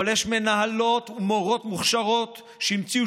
אבל יש מנהלות ומורות מוכשרות שהמציאו